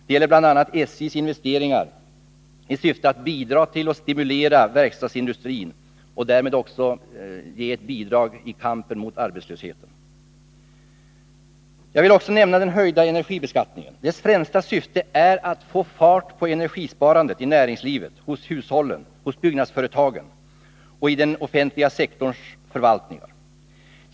Det gäller bl.a. att öka SJ:s investeringar i syfte att stimulera verkstadsindustrin och därmed bidra i kampen mot arbetslösheten. Jag vill också nämna den höjda energibeskattningen. Dess främsta syfte är att få fart på energisparandet i näringslivet, hos hushållen, hos byggnadsföretagen och i den offentliga sektorns förvaltningar.